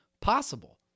possible